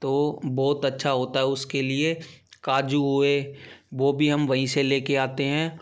तो बहुत अच्छा होता है उसके लिए काजू हुए वह भी हम वहीं से लेकर आते हैं